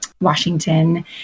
Washington